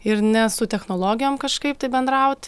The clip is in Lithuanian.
ir ne su technologijom kažkaip tai bendrauti